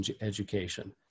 education